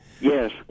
Yes